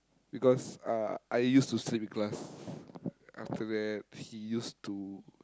because I I used to sleep in class after that he used to